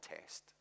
test